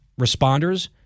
responders